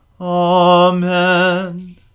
Amen